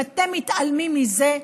אם אתם מתעלמים מזה,